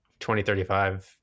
2035